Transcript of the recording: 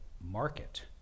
market